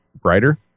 brighter